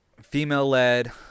female-led